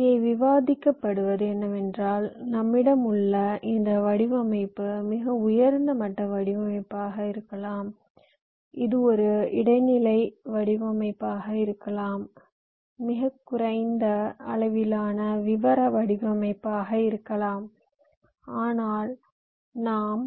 இங்கு விவாதிக்கபடுவது என்னவென்றால் நம்மிடம் உள்ள இந்த வடிவமைப்பு மிக உயர்ந்த மட்ட வடிவமைப்பாக இருக்கலாம் இது ஒரு இடைநிலை நிலை வடிவமைப்பாக இருக்கலாம் இது மிகக் குறைந்த அளவிலான விவர வடிவமைப்பாக இருக்கலாம் ஆனால் நாம்